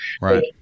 Right